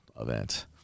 event